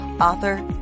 author